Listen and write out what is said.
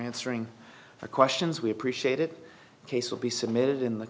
answering the questions we appreciate it case will be submitted in the